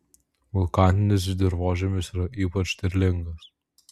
vulkaninis dirvožemis yra ypač derlingas